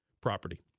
property